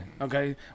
Okay